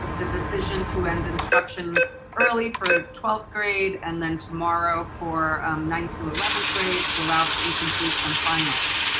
the decision to end instruction early for twelfth grade and then tomorrow for ninth through eleventh grade to allow for incompletes and finals.